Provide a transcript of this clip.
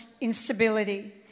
instability